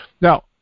Now